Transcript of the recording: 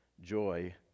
joy